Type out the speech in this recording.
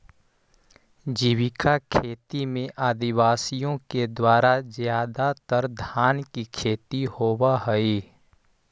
जीविका खेती में आदिवासियों के द्वारा ज्यादातर धान की खेती होव हई